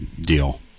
deal